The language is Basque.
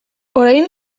orain